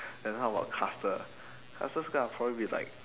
then how about caster caster's gonna probably be like